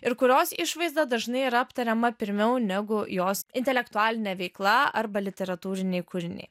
ir kurios išvaizda dažnai yra aptariama pirmiau negu jos intelektualinė veikla arba literatūriniai kūriniai